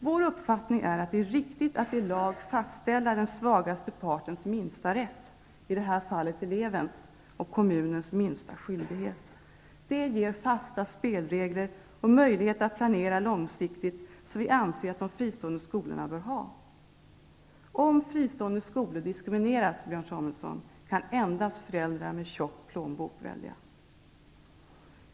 Vår uppfattning är att det är riktigt att i lag fastställa den svagaste partens -- i det här fallet elevens -- minsta rätt och kommunens minsta skyldighet. Det ger fasta spelregler och en möjlighet att planera långsiktigt, vilket vi anser att de fristående skolorna bör ha. Samuelson, kan endast föräldrar med tjock plånbok välja.